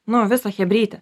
nu visą chebrytę